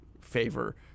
favor